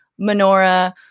menorah